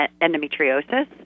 endometriosis